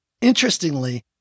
Interestingly